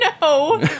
No